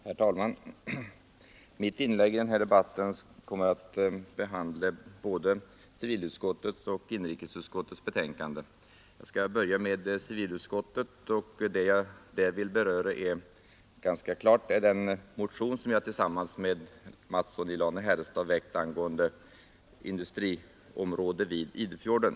Herr talman! Mitt inlägg i denna debatt kommer att behandla både civilutskottets och inrikesutskottets betänkanden i detta ärende. Jag skall börja med civilutskottets betänkande. Vad jag där vill ta upp är naturligt nog den av mig tillsammans med herr Mattsson i Lane-Herrestad väckta motionen om ett industriområde vid Idefjorden.